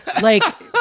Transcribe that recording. Like-